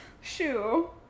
Shoe